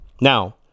Now